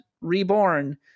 Reborn